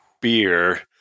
beer